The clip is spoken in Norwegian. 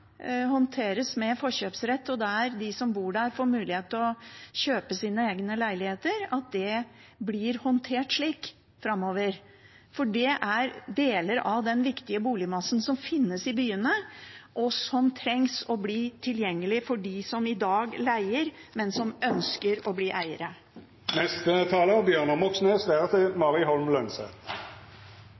bor der, får mulighet til å kjøpe sine egne leiligheter, og at det blir håndtert slik framover. Dette er deler av den viktige boligmassen som finnes i byene, og som trengs å bli tilgjengelig for dem som i dag leier, men som ønsker å bli